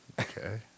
Okay